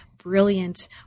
brilliant